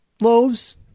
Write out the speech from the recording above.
loaves